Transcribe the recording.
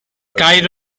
gair